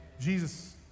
Jesus